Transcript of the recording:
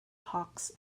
hawks